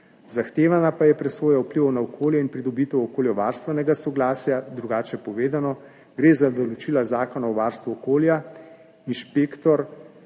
zahtevana pa je presoja vplivov na okolje in pridobitev okoljevarstvenega soglasja, drugače povedano, gre za določila Zakona o varstvu okolja, inšpektor